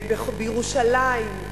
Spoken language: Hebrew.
בירושלים,